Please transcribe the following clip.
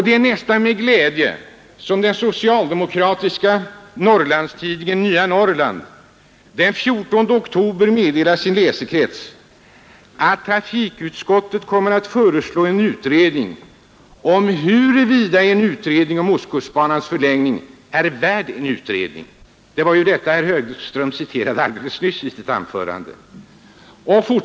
Det är nästan med glädje som den socialdemokratiska Norrlandstidningen Nya Norrland den 14 oktober meddelar sin läsekrets att trafikutskottet kommer att föreslå en utredning om huruvida en utredning om ostkustbanans förlängning är värd en utredning — det var detta herr Högström omnämnde i sitt anförande.